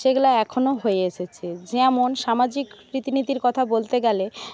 সেগুলো এখনও হয়ে এসেছে যেমন সামাজিক রীতিনীতির কথা বলতে গেলে